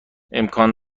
امکان